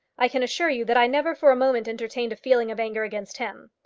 i can assure you that i never for a moment entertained a feeling of anger against him.